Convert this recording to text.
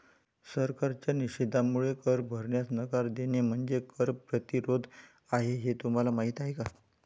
सरकारच्या निषेधामुळे कर भरण्यास नकार देणे म्हणजे कर प्रतिरोध आहे हे तुम्हाला माहीत आहे का